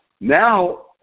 Now